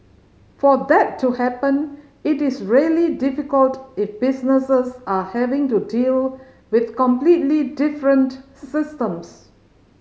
for that to happen it is really difficult if businesses are having to deal with completely different systems